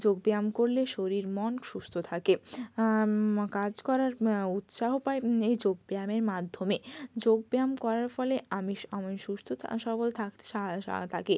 যোগ ব্যায়াম করলে শরীর মন সুস্থ থাকে কাজ করার উৎসাহ পাই এই যোগ ব্যায়ামের মাধ্যমে যোগ ব্যায়াম করার ফলে আমিস আমি সুস্থ থা সবল থাকতে সাহা সাহা থাকে